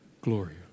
Gloria